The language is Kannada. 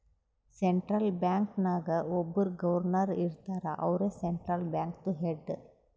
ಸೆಂಟ್ರಲ್ ಬ್ಯಾಂಕ್ ನಾಗ್ ಒಬ್ಬುರ್ ಗೌರ್ನರ್ ಇರ್ತಾರ ಅವ್ರೇ ಸೆಂಟ್ರಲ್ ಬ್ಯಾಂಕ್ದು ಹೆಡ್